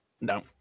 no